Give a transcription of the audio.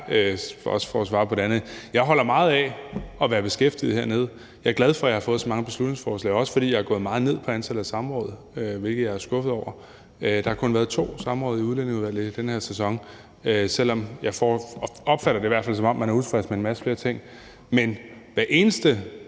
også at svare på det andet vil jeg sige, at jeg holder meget af at være beskæftiget hernede. Jeg er glad for, at jeg har fået så mange beslutningsforslag, også fordi jeg er gået meget ned i antallet af samråd, hvilket jeg er skuffet over. Der har kun været to samråd i Udlændingeudvalget i den her sæson, selv om jeg i hvert fald opfatter det på den måde, at man er utilfreds med en masse flere ting. Men hvis hver eneste